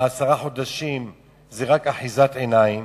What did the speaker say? עשרה חודשים זה רק אחיזת עיניים